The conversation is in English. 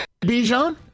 Bijan